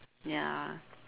ya